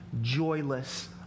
joyless